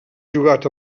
jugat